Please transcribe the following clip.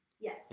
Yes